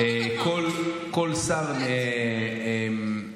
אתה כל שבוע אומר אותו נאום.